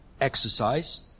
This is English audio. exercise